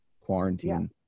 quarantine